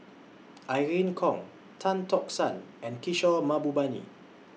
Irene Khong Tan Tock San and Kishore Mahbubani